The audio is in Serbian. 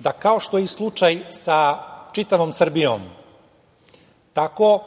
da kao što i slučaj sa čitavom Srbijom, tako